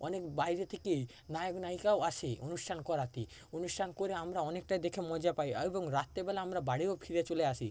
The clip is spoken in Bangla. অনেক বাইরে থেকেই নায়ক নায়িকাও আসে অনুষ্ঠান করাতে অনুষ্ঠান করে আমরা অনেকটাই দেখে মজা পাই এবং রাত্রিবেলা আমরা বাড়িও ফিরে চলে আসি